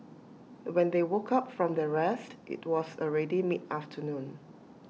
when they woke up from their rest IT was already mid afternoon